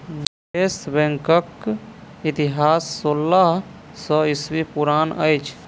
निवेश बैंकक इतिहास सोलह सौ ईस्वी पुरान अछि